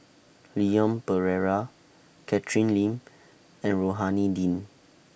Leon Perera Catherine Lim and Rohani Din